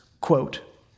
quote